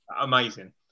amazing